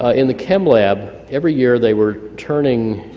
ah in the chem lab every year they were turning